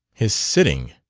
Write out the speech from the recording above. his sitting,